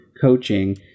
coaching